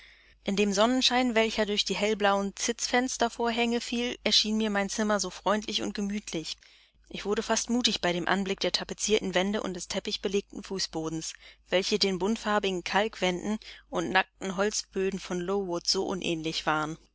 in dem sonnenschein welcher durch die hellblauen zitzfenstervorhänge fiel erschien mir mein zimmer so freundlich und gemütlich ich wurde fast mutig bei dem anblick der tapezierten wände und des teppichbelegten fußbodens welche den buntfarbigen kalkwänden und nackten holzböden in lowood so unähnlich waren